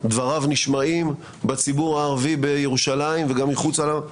דבריו נשמעים בציבור הערבי בירושלים וגם מחוץ לה,